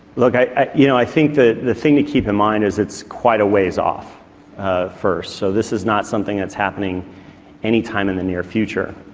look, i you know i think the the thing to keep in mind is it's quite a ways off first. so this is not something that's happening anytime in the near future.